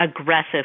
aggressive